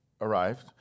arrived